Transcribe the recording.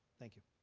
thank you.